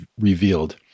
revealed